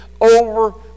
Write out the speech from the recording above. over